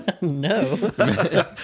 No